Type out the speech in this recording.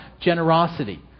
generosity